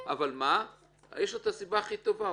אבל יש לו הסיבה הכי טובה,